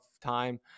time